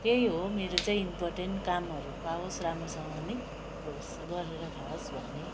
त्यही हो मेरो चाहिँ इनपोर्टेन्ट कामहरू पाओस् राम्रोसँगले होस् गरेर खाओस् भन्ने